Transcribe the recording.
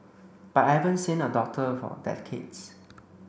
but I haven't seen a doctor for decades